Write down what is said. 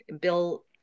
Bill